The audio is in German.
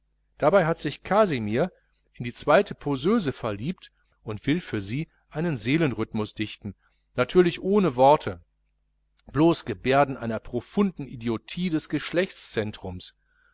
dabei hat sich kasimir in die zweite poseuse verliebt und will für sie einen seelenrhythmus dichten natürlich ohne worte blos geberden einer profunden idiotie des